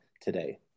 today